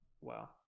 wow